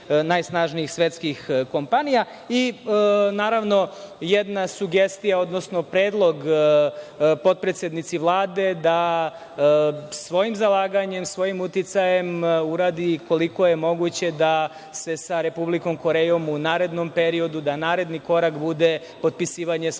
najsnažnijih svetskih kompanija. Naravno, jedna sugestija, odnosno predlog potpredsednici Vlade da svojim zalaganjem, svojim uticajem uradi koliko je moguće da se sa Republikom Korejom u narednom periodu, da naredni korak bude potpisivanje Sporazuma